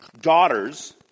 daughters